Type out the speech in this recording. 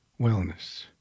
wellness